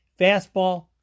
fastball